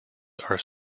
are